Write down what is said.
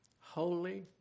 holy